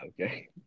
Okay